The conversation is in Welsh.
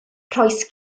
rhoes